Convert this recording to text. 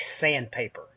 sandpaper